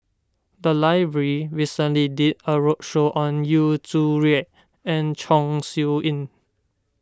the library recently did a roadshow on Yu Zhuye and Chong Siew Ying